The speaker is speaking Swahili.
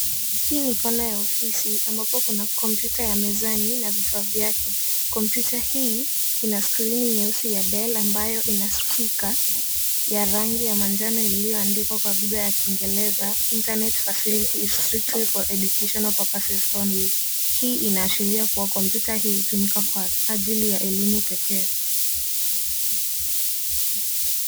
Hii ni kona ya ofisi ambapo kuna kompyuta ya mezani na vifaa vyake. Kompyuta hii ina skirini nyeusi ya Dell ambayo ina sticker ya rangi ya manjano liyoandikwa kwa lugha ya kiingereza Internet facility is strictly for education purpose only . Hii inaashiria kuwa kopmyuta hii hutumika kwa ajili ya elimu pekee.